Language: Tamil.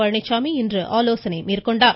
பழனிச்சாமி இன்று ஆலோசனை மேற்கொண்டார்